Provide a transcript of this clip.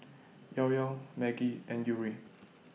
Llao Llao Maggi and Yuri